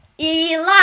Eli